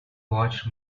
watched